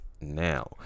now